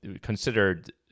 considered